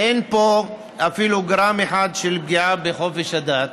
אין פה אפילו גרם אחד של פגיעה בחופש הדת,